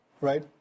Right